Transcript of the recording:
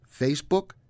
Facebook